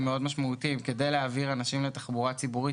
משמעותית מאוד כדי להעביר אנשים לתחבורה ציבורית